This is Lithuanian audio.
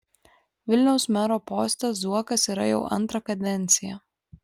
vilniaus mero poste zuokas yra jau antrą kadenciją